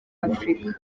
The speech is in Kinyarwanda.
afurika